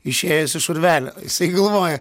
išėjęs iš urvelio jisai galvoja